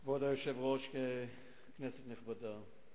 כבוד היושב-ראש, כנסת נכבדה,